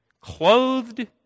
Clothed